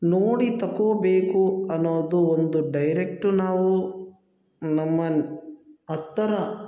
ನೋಡಿ ತಗೋಬೇಕು ಅನ್ನೋದು ಒಂದು ಡೈರೆಕ್ಟ್ ನಾವು ನಮ್ಮ ಮನೆ ಹತ್ತರ